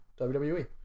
WWE